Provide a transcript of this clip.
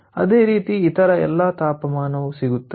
ಅದೇ ರೀತಿ ಇತರ ಎಲ್ಲಾ ತಾಪಮಾನವು ಸಿಗುತ್ತವೆ